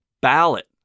ballot